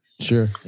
Sure